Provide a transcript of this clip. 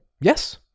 Yes